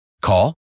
Call